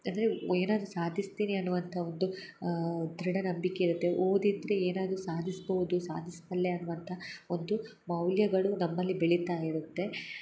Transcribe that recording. ಅಂದರೆ ಏನಾದರು ಸಾಧಿಸ್ತೀನಿ ಅನ್ನುವಂಥ ಒಂದು ದೃಢ ನಂಬಿಕೆ ಇರುತ್ತೆ ಓದಿದರೆ ಏನಾದರು ಸಾಧಿಸ್ಬೋದು ಸಾಧಿಸಬಲ್ಲೆ ಅನ್ನುವಂಥ ಒಂದು ಮೌಲ್ಯಗಳು ನಮ್ಮಲ್ಲಿ ಬೆಳಿತಾ ಇರುತ್ತೆ